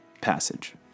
passage